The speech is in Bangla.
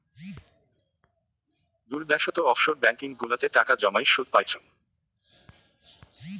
দূর দ্যাশোত অফশোর ব্যাঙ্কিং গুলাতে টাকা জমাই সুদ পাইচুঙ